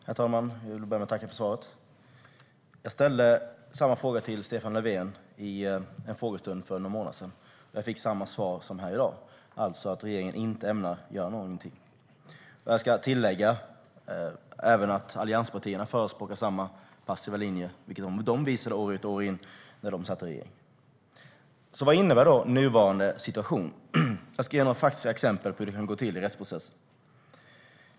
Herr talman! Jag vill börja med att tacka för svaret. Jag ställde samma fråga till Stefan Löfven i en frågestund för någon månad sedan och fick samma svar som här i dag, alltså att regeringen inte ämnar göra någonting. Även allianspartierna förespråkar samma passiva linje, ska jag tillägga. Det visade de år ut och år in när de satt i regering. Vad innebär nuvarande situation? Jag ska ge några faktiska exempel på hur det kan gå till i rättsprocesser.